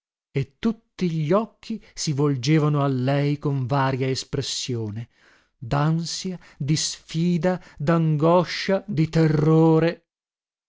e tutti gli occhi si volgevano a lei con varia espressione dansia di sfida dangoscia di terrore